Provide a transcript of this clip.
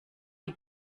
die